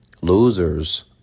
Losers